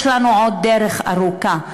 יש לנו עוד דרך ארוכה,